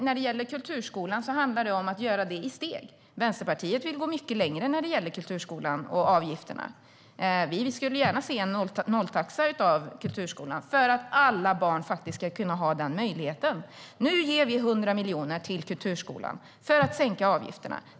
När det gäller kulturskolan handlar det om att göra det i steg. Vänsterpartiet vill gå mycket längre när det gäller kulturskolan och avgifterna. Vi skulle gärna se en nolltaxa för kulturskolan, för att alla barn faktiskt ska ha den möjligheten. Nu ger vi 100 miljoner till kulturskolan för att sänka avgifterna.